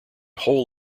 whole